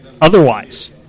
otherwise